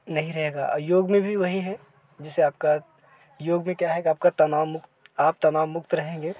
नहीं रहेगा और योग में भी वही है जैसे आपका योग में क्या है कि तनाव मुक्त आप तनाव मुक्त रहेंगे